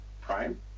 Prime